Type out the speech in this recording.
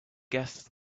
guess